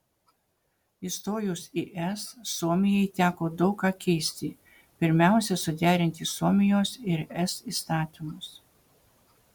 įstojus į es suomijai teko daug ką keisti pirmiausia suderinti suomijos ir es įstatymus